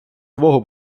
твого